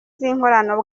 z’inkorano